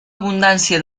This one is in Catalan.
abundància